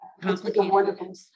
complicated